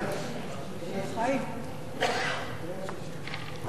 סעיפים 1 17 נתקבלו.